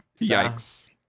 Yikes